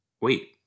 wait